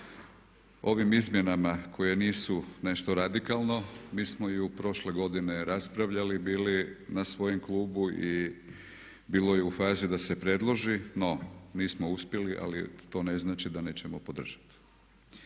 ovim izmjenama koje nisu nešto radikalno mi smo i prošle godine raspravljali bili na svojem klubu i bilo je u fazi da se predloži, no nismo uspjeli ali to ne znači da nećemo podržati.